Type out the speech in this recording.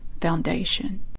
Foundation